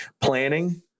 Planning